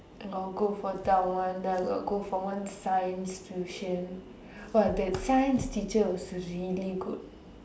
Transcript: got go for that one then I got go for one science tuition !wah! that science teacher also really good